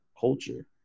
culture